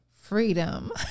freedom